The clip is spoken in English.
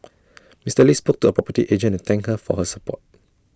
Mister lee spoke to A property agent and thank her for her support